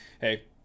hey